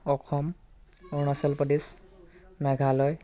Assam Arunachal Pradesh Meghalaya